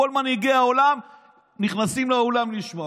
כל מנהיגי העולם נכנסים לאולם לשמוע.